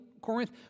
Corinth